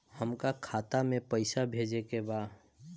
हमका खाता में पइसा भेजे के बा